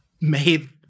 made